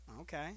Okay